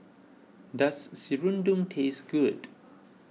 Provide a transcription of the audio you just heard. does Serunding taste good